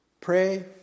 Pray